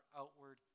outward